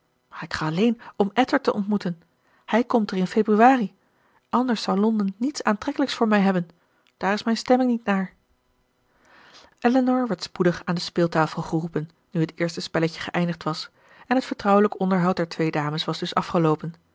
maar ik ga alleen om edward te ontmoeten hij komt er in februari anders zou londen niets aantrekkelijks voor mij hebben daar is mijn stemming niet naar elinor werd spoedig aan de speeltafel geroepen nu het eerste spelletje geëindigd was en het vertrouwelijk onderhoud der twee dames was dus afgeloopen